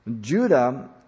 Judah